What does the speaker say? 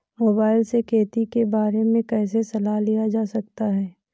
Mobile से खेती के बारे कैसे सलाह लिया जा सकता है?